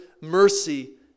mercy